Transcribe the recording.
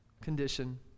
condition